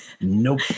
Nope